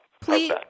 Please